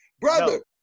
Brother